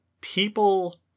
people